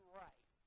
right